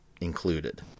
included